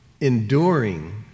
enduring